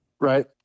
right